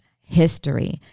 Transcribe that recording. history